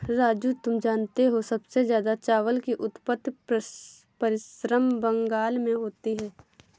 राजू तुम जानते हो सबसे ज्यादा चावल की उत्पत्ति पश्चिम बंगाल में होती है